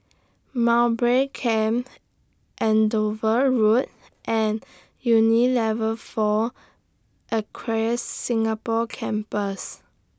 Mowbray Camp Andover Road and Unilever four Acres Singapore Campus